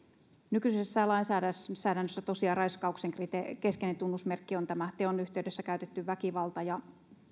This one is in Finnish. nykyisessä lainsäädännössä tosiaan raiskauksen keskeinen tunnusmerkki on tämä teon yhteydessä käytetty väkivalta ja